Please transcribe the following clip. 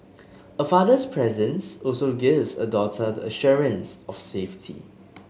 a father's presence also gives a daughter the assurance of safety